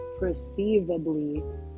perceivably